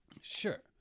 Sure